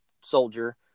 soldier